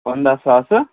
پنٛداہ ساس ہہ